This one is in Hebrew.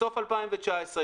בסוף 2019,